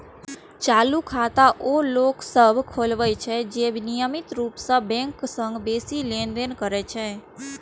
चालू खाता ओ लोक सभ खोलबै छै, जे नियमित रूप सं बैंकक संग बेसी लेनदेन करै छै